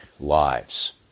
lives